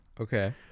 Okay